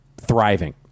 thriving